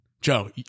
Joe